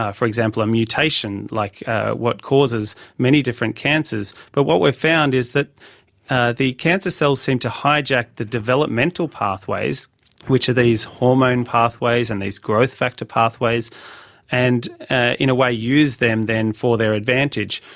ah for example, a mutation like ah what causes many different cancers, but what we found is that the cancer cells seem to hijack the developmental pathways which are these hormone pathways and these growth factor pathways and ah in a way use them then for their advantage.